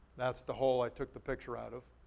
that's the hole i took the picture out of.